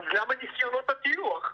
אז למה ניסיונות הטיוח?